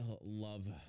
love